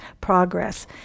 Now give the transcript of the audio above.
progress